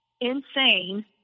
insane